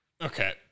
Okay